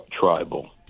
tribal